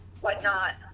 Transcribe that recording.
whatnot